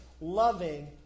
loving